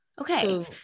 Okay